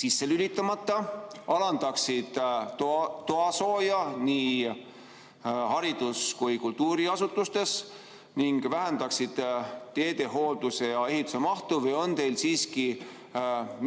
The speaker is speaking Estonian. sisse lülitamata, alandaksid toasooja nii haridus‑ kui ka kultuuriasutustes ning vähendaksid teede hoolduse ja ehituse mahtu? Või on teil siiski